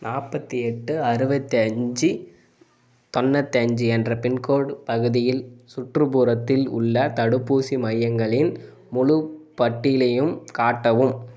நாற்பத்தி எட்டு அறுபத்தி அஞ்சு தொண்ணூற்றி அஞ்சு என்ற பின்கோடு பகுதியில் சுற்றுப்புறத்தில் உள்ள தடுப்பூசி மையங்களின் முழுப்பட்டியலையும் காட்டவும்